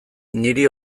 niri